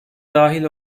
dahil